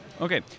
Okay